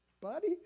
Buddy